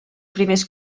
primers